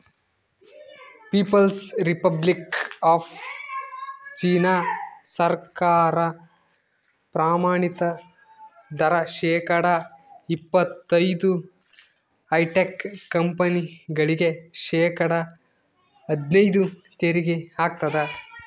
people's Republic of China ಸರ್ಕಾರ ಪ್ರಮಾಣಿತ ದರ ಶೇಕಡಾ ಇಪ್ಪತೈದು ಹೈಟೆಕ್ ಕಂಪನಿಗಳಿಗೆ ಶೇಕಡಾ ಹದ್ನೈದು ತೆರಿಗೆ ಹಾಕ್ತದ